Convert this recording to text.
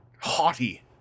haughty